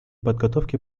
подготовке